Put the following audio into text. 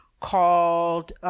called